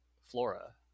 flora